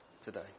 today